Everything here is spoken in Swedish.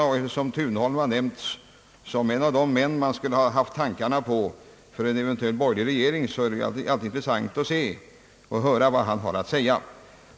Eftersom Thunholm har nämnts som en av de många män man har haft tankarna på för en eventuell borgerlig regering, är det alltid intressant att höra vad han har att säga.